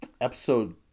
Episode